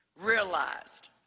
realized